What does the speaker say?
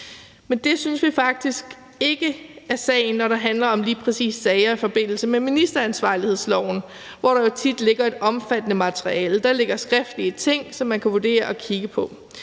Det synes vi faktisk ikke er tilfældet, når det lige præcis handler om sager i forbindelse med ministeransvarlighedsloven, hvor der tit ligger et omfattende materiale; der ligger skriftlige ting, som man kan vurdere og kigge på.